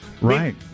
Right